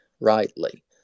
rightly